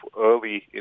early